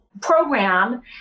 program